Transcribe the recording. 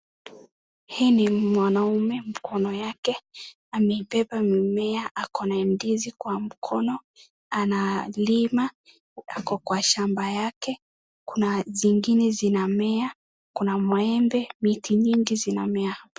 Hii ni mwanaume mkono yake amebeba mmea ako na ndizi kwa mkono analima ako kwa shamba yake kuna zingine zinamea kuna maembe miti nyingi zinamea.